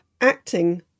acting